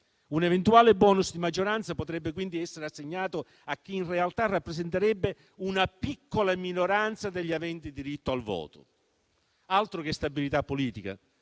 Un eventuale *bonus* di maggioranza potrebbe quindi essere assegnato a chi in realtà rappresenterebbe una piccola minoranza degli aventi diritto al voto. Altro che stabilità politica.